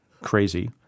crazy